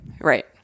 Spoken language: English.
Right